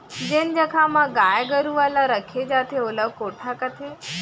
जेन जघा म गाय गरूवा ल रखे जाथे ओला कोठा कथें